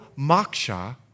moksha